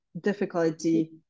difficulty